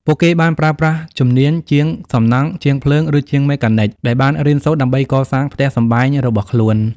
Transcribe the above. ពួកគេបានប្រើប្រាស់ជំនាញជាងសំណង់ ជាងភ្លើង ឬជាងមេកានិកដែលបានរៀនសូត្រដើម្បីកសាងផ្ទះសម្បែងរបស់ខ្លួន។